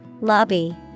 Lobby